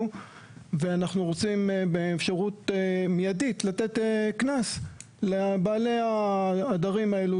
ואנחנו רוצים באפשרות מיידית לתת קנס לבעלי העדרים האלה